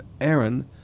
aaron